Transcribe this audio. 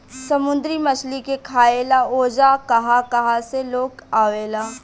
समुंद्री मछली के खाए ला ओजा कहा कहा से लोग आवेला